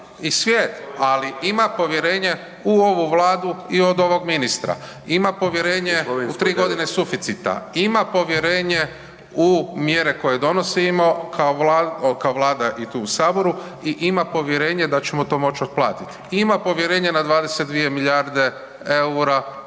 i svijet, ali ima povjerenje u ovu Vladu i od ovog ministra, ima povjerenje u tri godine suficita, ima povjerenje u mjere koje donosimo kao Vlada i tu u Saboru i ima povjerenje da ćemo to moći otplatiti, ima povjerenje na 22 milijarde eura